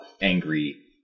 angry